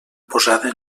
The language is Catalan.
posada